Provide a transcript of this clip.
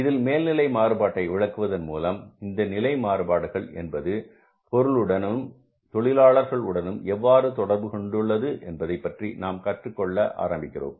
இதில் மேல்நிலை மாறுபாட்டை விளக்குவதன் மூலம் இந்த நிலை மாறுபாடுகள் என்பது பொருளுடனும் தொழிலாளர்கள் உடனும் எவ்வாறு தொடர்பு கொண்டுள்ளது என்பதை பற்றி நாம் கற்றுக்கொள்ள ஆரம்பிக்கிறோம்